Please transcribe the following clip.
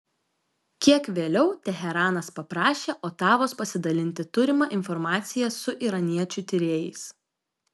kiek vėliau teheranas paprašė otavos pasidalinti turima informacija su iraniečių tyrėjais